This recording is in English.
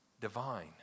divine